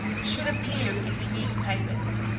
should appear in the newspapers.